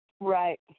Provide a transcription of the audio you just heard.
Right